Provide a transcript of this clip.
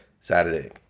Saturday